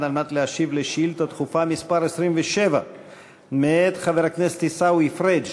על מנת להשיב על שאילתה דחופה מס' 27 מאת חבר הכנסת עיסאווי פריג',